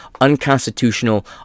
unconstitutional